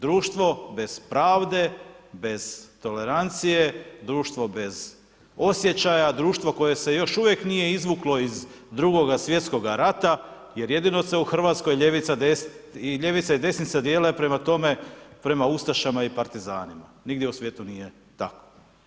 Društvo bez pravde, bez tolerancije, društvo bez osjećaja, društvo koje se još uvijek nije izvuklo iz drugoga svjetskoga rata jer jedino se u RH ljevica i desnice dijele prema tome, prema ustašama i partizanima, nigdje u svijetu nije tako.